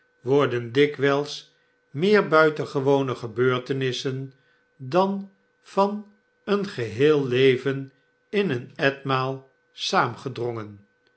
worden dikwijls meer buitengewone gebeurtenissen dan van een geheel leven in een etmaal